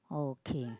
oh okay